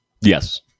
Yes